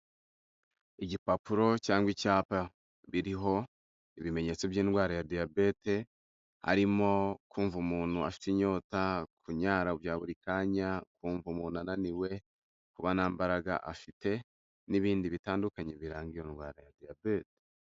Igipapuro cyangwa icyapa biriho ibimenyetso by'indwara ya diyabete harimo: kumva umuntu afite inyota, kunyara bya buri kanya, ukumva umuntu ananiwe, kuba nta mbaraga afite n'ibindi bitandukanye biranga iyo ndwara ya diyabete.